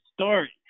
story